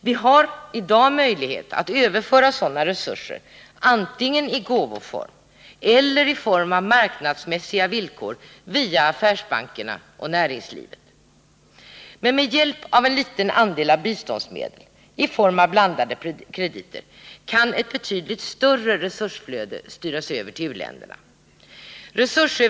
Vi har i dag möjlighet att överföra sådana resurser antingen i gåvoform eller i form av marknadsmässiga villkor via affärsbankerna och näringslivet. Men med hjälp av en liten andel av biståndsmedel i form av blandade krediter kan ett betydligt större resursflöde styras över till u-länderna.